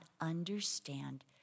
understand